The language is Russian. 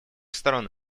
сторон